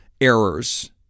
errors